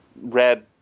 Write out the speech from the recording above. red